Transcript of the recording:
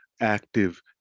active